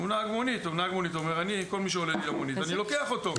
והוא נהג מונית ואומר: "כל מי שעולה לי למונית אני לוקח אותו".